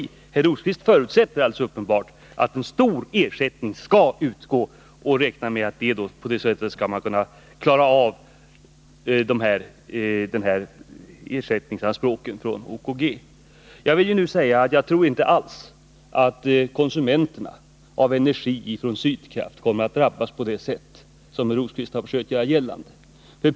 Men Birger Rosqvist förutsätter uppenbarligen att en stor ersättning skall utgå och räknar med att man på det sättet skall klara av ersättningsanspråken från OKG. Jag vill också säga att jag inte alls tror att konsumenterna av energi från Sydkraft kommer att drabbas på det sätt som herr Rosqvist försökt göra gällande.